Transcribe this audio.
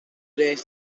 days